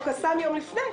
או קסאם יום לפני,